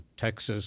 Texas